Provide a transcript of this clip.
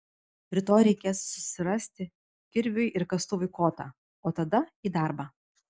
rytoj reikės susirasti kirviui ir kastuvui kotą o tada į darbą